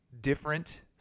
different